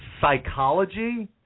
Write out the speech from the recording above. psychology